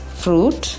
fruit